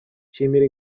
nshimira